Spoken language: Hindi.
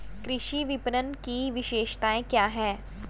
कृषि विपणन की विशेषताएं क्या हैं?